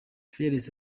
fearless